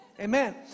Amen